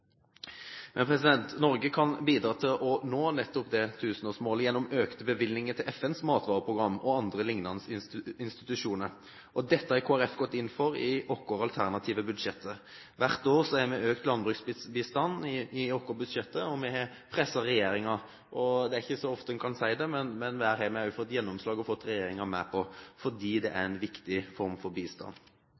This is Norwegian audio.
Norge kan bidra til å nå nettopp dette tusenårsmålet gjennom økte bevilgninger til FNs matvareprogram og andre lignende institusjoner. Dette har Kristelig Folkeparti gått inn for i sine alternative budsjetter. Hvert år har vi økt landbruksbistanden i vårt budsjett, og vi har presset regjeringen. Det er ikke så ofte man kan si det, men det har vi fått gjennomslag for og fått regjeringen med på, fordi det er en viktig form for bistand.